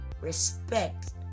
respect